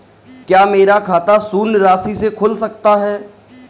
क्या मेरा खाता शून्य राशि से खुल सकता है?